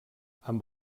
amb